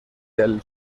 del